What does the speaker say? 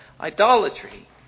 idolatry